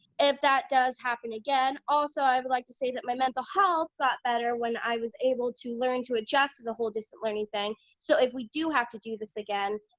if that does happen again, also i would like to say that my mental health got better when i was able to learn to adjust to the whole distance learning thing. so if we do have to do this again,